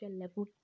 level